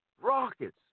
rockets